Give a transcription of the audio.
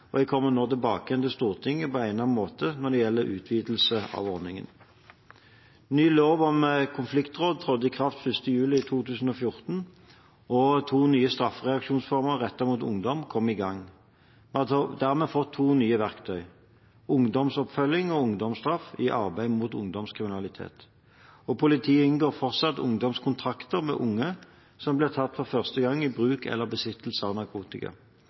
Jeg kommer tilbake til Stortinget på egnet måte når det gjelder utvidelse av ordningen. Ny lov om konfliktråd trådte i kraft 1. juli 2014, og to nye straffereaksjonsformer rettet mot ungdom kom i gang. Vi har dermed fått to nye verktøy – ungdomsoppfølging og ungdomsstraff – i arbeidet mot ungdomskriminalitet. Og politiet inngår fortsatt ungdomskontrakter med unge som blir tatt for første gang i bruk eller besittelse av narkotika.